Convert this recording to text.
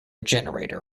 generator